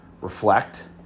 reflect